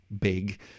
big